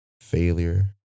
failure